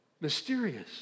mysterious